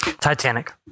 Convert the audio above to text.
Titanic